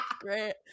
great